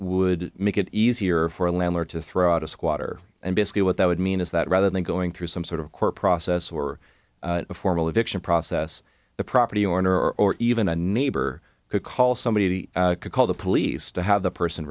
would make it easier for a landlord to throw out a squatter and basically what that would mean is that rather than going through some sort of court process or a formal eviction process the property owner or even a neighbor could call somebody could call the police to have the person